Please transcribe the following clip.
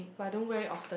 but I don't wear it often